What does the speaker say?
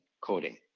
coding